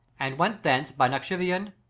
and went thence by nakshivan,